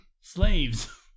slaves